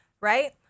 Right